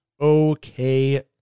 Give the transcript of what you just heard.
Okay